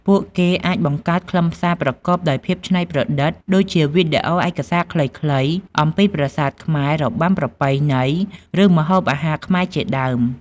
ពួកគេអាចបង្កើតខ្លឹមសារប្រកបដោយភាពច្នៃប្រឌិត ដូចជាវីដេអូឯកសារខ្លីៗអំពីប្រាសាទខ្មែរ របាំប្រពៃណី ឬម្ហូបអាហារខ្មែរជាដើម។